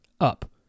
up